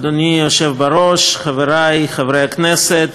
אדוני היושב בראש, חברי חברי הכנסת,